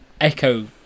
Echo